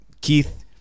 Keith